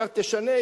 קצת תשנה,